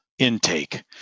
intake